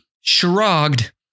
shrugged